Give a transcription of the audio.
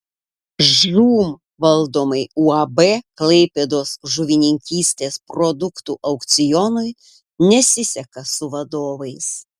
žūm valdomai uab klaipėdos žuvininkystės produktų aukcionui nesiseka su vadovais